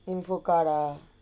information card ah